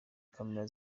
camera